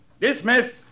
Dismiss